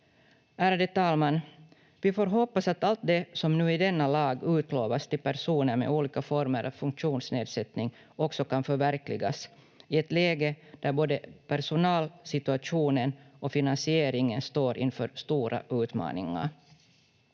Ärade talman! Vi får hoppas att allt det som nu i denna lag utlovas till personer med olika former av funktionsnedsättning också kan förverkligas i ett läge där både personalsituationen och finansieringen står inför stora utmaningar.